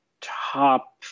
top